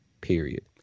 period